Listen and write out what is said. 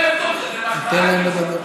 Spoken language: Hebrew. ניתן להם לדבר.